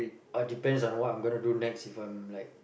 uh depends on what I'm going to next if I'm like